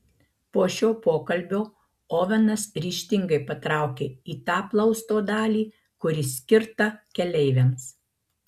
po šio pokalbio ovenas ryžtingai patraukė į tą plausto dalį kuri skirta keleiviams